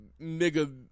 nigga-